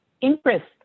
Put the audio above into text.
interest